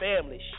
family